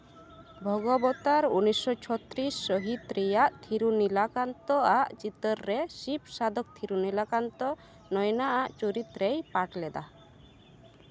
ᱵᱷᱚᱜᱚᱵᱚᱛᱟᱨ ᱩᱱᱤᱥᱥᱚ ᱪᱷᱚᱛᱨᱤᱥ ᱥᱟᱹᱦᱤᱛ ᱨᱮᱭᱟᱜ ᱛᱷᱤᱨᱩᱱᱤᱞᱟᱠᱟᱱᱛᱚ ᱟᱜ ᱪᱤᱛᱟᱹᱨ ᱨᱮ ᱥᱤᱵ ᱥᱟᱫᱷᱚᱠ ᱛᱷᱤᱨᱩᱱᱤᱞᱟᱠᱟᱱᱛᱚ ᱱᱚᱭᱱᱟ ᱟᱜ ᱪᱩᱨᱤᱛ ᱨᱮᱭ ᱯᱟᱴᱷ ᱞᱮᱫᱟ